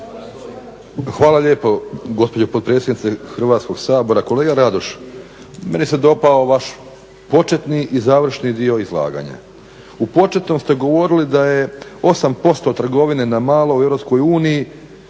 Hvala lijepo gospođo potpredsjednice Hrvatskog sabora. Kolega Radoš, meni se dopao vaš početni i završni dio izlaganja. U početnom ste govorili da je 8% trgovine na malo u EU,